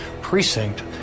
precinct